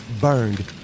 burned